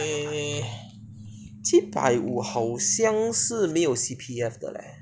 mm 七百五好像是没有 C_P_F 的